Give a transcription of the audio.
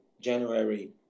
January